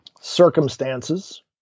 circumstances